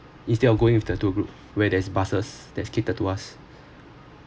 instead of going with the tour group where there's buses that's cater to us